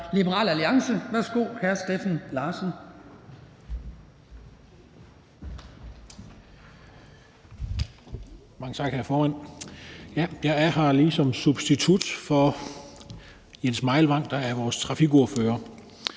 Larsen. Kl. 18:10 (Ordfører) Steffen Larsen (LA): Mange tak, hr. formand. Jeg er her som substitut for Jens Meilvang, der er vores trafikordfører.